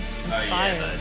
inspired